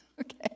okay